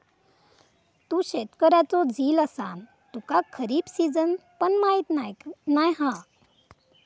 तू शेतकऱ्याचो झील असान तुका खरीप सिजन पण माहीत नाय हा